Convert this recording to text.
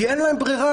כי אין להן ברירה,